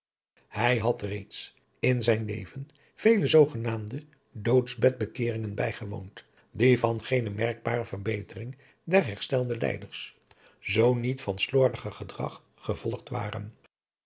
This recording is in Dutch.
hij had reeds in zijn leven vele zoogenaamde doodsbed bekeeringen bijgewoond die van geene merkbare verbetering der herstelde lijders zoo niet van slordiger gedrag gevolgd waren